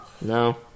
No